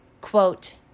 Quote